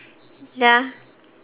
ya